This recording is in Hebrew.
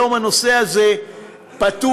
היום הנושא הזה פתוח.